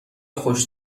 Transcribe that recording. خوش